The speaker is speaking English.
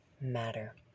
Matter